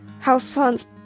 houseplant's